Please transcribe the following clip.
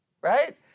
right